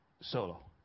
solo